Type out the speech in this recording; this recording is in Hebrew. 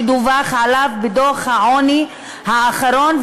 שדווח עליו בדוח העוני האחרון,